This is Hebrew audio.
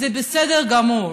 זה בסדר גמור.